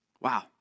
Wow